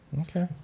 Okay